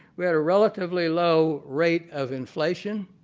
we had a relatively low rate of inflation.